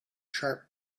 sharp